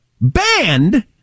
banned